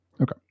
Okay